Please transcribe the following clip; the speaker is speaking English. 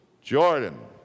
Jordan